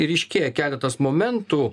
ryškėja keletas momentų